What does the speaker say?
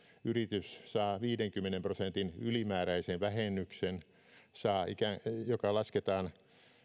yritys saa viidenkymmenen prosentin ylimääräisen vähennyksen joka lasketaan